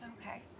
Okay